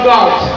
God